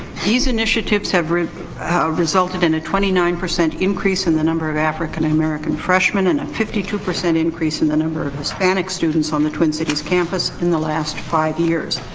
these initiatives have ah resulted in a twenty nine percent increase in the number of african american freshmen and a fifty two percent increase in the number of hispanic students on the twin cities campus in the last five years.